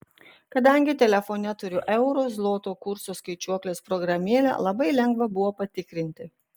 kadangi telefone turiu euro zloto kurso skaičiuoklės programėlę labai lengva buvo patikrinti